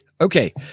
Okay